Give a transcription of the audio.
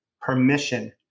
permission